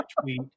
tweet